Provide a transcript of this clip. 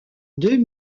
deux